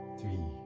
three